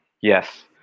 Yes